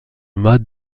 mâts